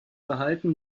verhalten